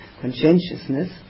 conscientiousness